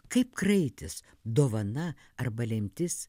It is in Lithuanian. kaip kraitis dovana arba lemtis